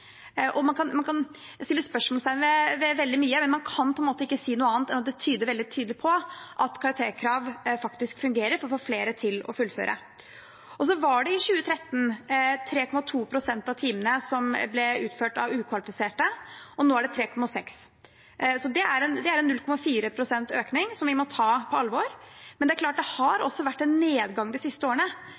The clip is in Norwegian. Man kan sette spørsmålstegn ved veldig mye, men man kan ikke si noe annet enn at dette veldig tydelig tyder på at karakterkrav faktisk fungerer for å få flere til å fullføre. Så var det 3,2 pst. av timene som ble utført av ukvalifiserte i 2013, og nå er det 3,6 pst, og det er 0,4 pst. økning som vi må ta på alvor. Men det er klart, det har også vært en nedgang de siste årene